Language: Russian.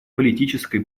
политической